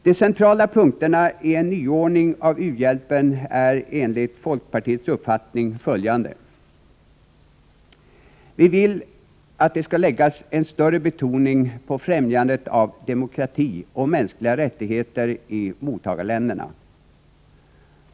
De centrala punkterna i en nyordning avseende u-hjälpen är enligt folkpartiet följande: Vi vill att det skall läggas en större betoning på främjandet av demokrati och mänskliga rättigheter i mottagarländerna.